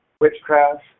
witchcraft